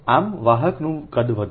આમ વાહકનું કદ વધશે